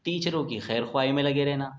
ٹیچروں کی خیر خواہی میں لگے رہنا